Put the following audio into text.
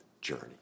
journey